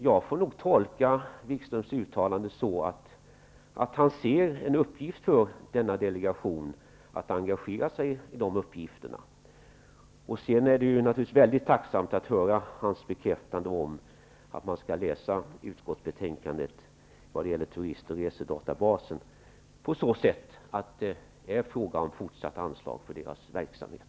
Jag tolkar nog detta uttalande så, att han ser det som en uppgift för denna delegation att man engagerar sig i nämnda uppgifter. Naturligtvis är det väldigt tacksamt att få höra Jan-Erik Wikström bekräfta att man skall läsa utskottsbetänkandet vad gäller turist och resedatabasen så, att det är fråga om fortsatta anslag för denna verksamhet.